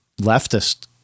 leftist